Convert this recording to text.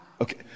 Okay